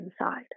inside